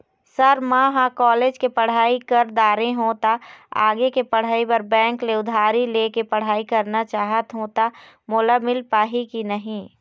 Sir म ह college के पढ़ाई कर दारें हों ता आगे के पढ़ाई बर बैंक ले उधारी ले के पढ़ाई करना चाहत हों ता मोला मील पाही की नहीं?